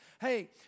Hey